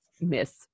miss